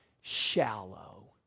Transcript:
shallow